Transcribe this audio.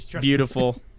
beautiful